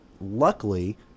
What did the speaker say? luckily